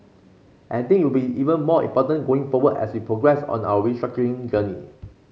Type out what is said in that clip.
and I think it will be even more important going forward as we progress on our restructuring journey